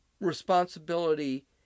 responsibility